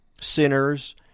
sinners